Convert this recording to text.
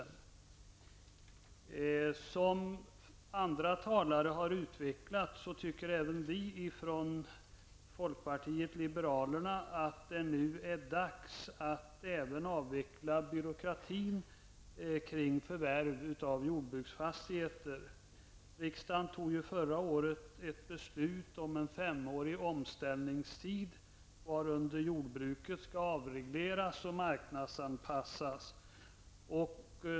Såsom andra talare har utvecklat tycker även vi från folkpartiet liberalerna att det nu är dags att avveckla byråkratin också kring förvärv av jordbruksfastigheter. Riksdagen fattade förra året ett beslut om en femårig omställningstid, varunder jordbruket skall avregleras och marknadsanpassas.